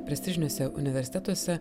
prestižiniuose universitetuose